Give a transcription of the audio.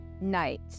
night